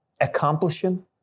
accomplishing